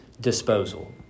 disposal